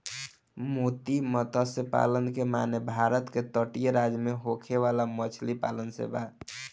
मोती मतस्य पालन के माने भारत के तटीय राज्य में होखे वाला मछली पालन से बा